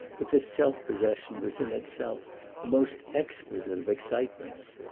but this self-possession was in itself the most exquisite of excitements.